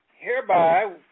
Hereby